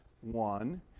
one